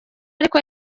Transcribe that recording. ark